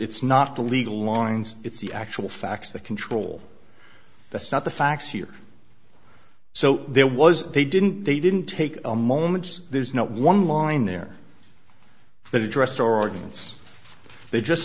it's not the legal lines it's the actual facts that control that's not the facts here so there was they didn't they didn't take a moment there's not one line there that addressed ordinance they just